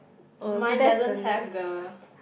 mine doesn't have the